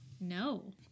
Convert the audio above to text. No